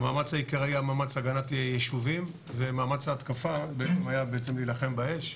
המאמץ העיקרי היה מאמץ הגנת ישובים ומאמץ התקפה היה בעצם להילחם באש.